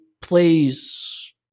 plays